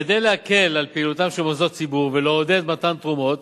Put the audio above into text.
כדי להקל על פעילותם של מוסדות ציבור ולעודד מתן תרומות,